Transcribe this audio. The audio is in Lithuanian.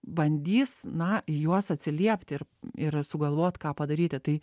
bandys na į juos atsiliepti ir ir sugalvot ką padaryti tai